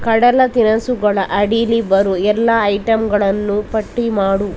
ಕಡಲ ತಿನಿಸುಗಳ ಅಡೀಲಿ ಬರೋ ಎಲ್ಲ ಐಟಂಗಳನ್ನೂ ಪಟ್ಟಿ ಮಾಡು